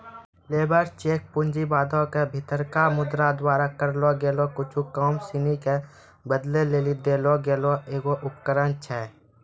labour check पूँजीवादो के भीतरका मुद्रा द्वारा करलो गेलो कुछु काम सिनी के बदलै लेली देलो गेलो एगो उपकरण छै